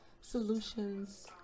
solutions